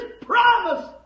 promise